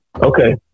Okay